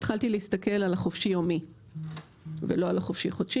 בעקבות זה התחלתי להסתכל על החופשי-יומי ולא על החופשי-חודשי,